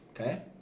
Okay